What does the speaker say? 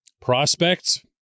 prospects